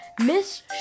Miss